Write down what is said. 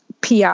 pr